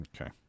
Okay